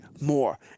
more